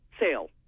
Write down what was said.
sale